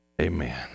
Amen